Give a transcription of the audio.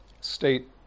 state